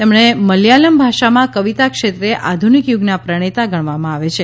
તેમણે મલ્યાલમ ભાષામાં કવિતા ક્ષેત્રે આધુનિક યુગના પ્રણેતા ગણવામાં આવે છે